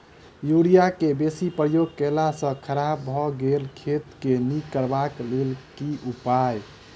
Urea केँ बेसी प्रयोग केला सऽ खराब भऽ गेल खेत केँ नीक करबाक लेल की उपाय?